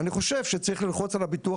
אני חושב שצריך ללחוץ על הביטוח